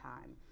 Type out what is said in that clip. time